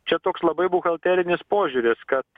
čia toks labai buhalterinis požiūris kad